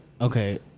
Okay